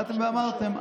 באתם ואמרתם,